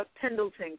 Pendleton